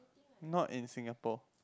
not in Singapore